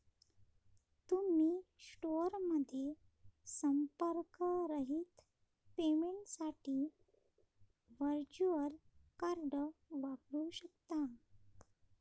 तुम्ही स्टोअरमध्ये संपर्करहित पेमेंटसाठी व्हर्च्युअल कार्ड वापरू शकता